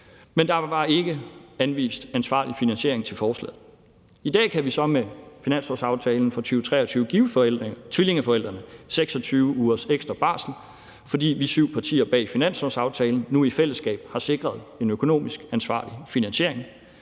men der var ikke anvist ansvarlig finansiering til forslaget. I dag kan vi så med finanslovsaftalen for 2023 give tvillingeforældrene 26 ugers ekstra barsel, fordi vi syv partier bag finanslovsaftalen nu i fællesskab har sikret en økonomisk ansvarlig finansiering.